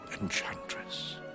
enchantress